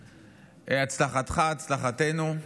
הצלחתך, הצלחתנו,